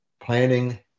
planning